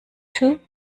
too